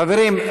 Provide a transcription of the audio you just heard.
חברים,